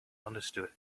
understood